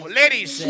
ladies